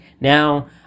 Now